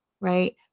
right